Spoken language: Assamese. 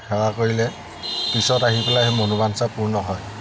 সেৱা কৰিলে পিছত আহি পেলাই সেই মনোবাঞ্ছা পূৰ্ণ হয়